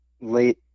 late